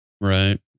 Right